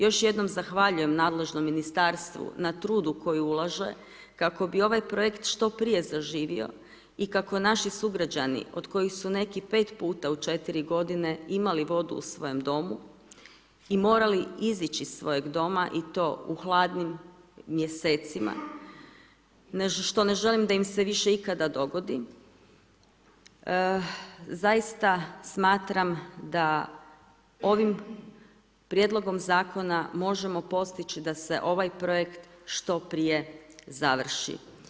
Još jednom zahvaljujem nadležnom ministarstvu na trudu koji ulaže kako bi ovaj projekt što prije zaživio i kako naši sugrađani od kojih su neki 5 puta u 4 godine imali vodu u svojem domu i morali izići iz svojeg doma i to u hladnim mjesecima, što ne želim da im se više ikada dogodi, zaista smatram da ovim prijedlogom zakona možemo postići da se ovaj projekt što prije završi.